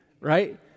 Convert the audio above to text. right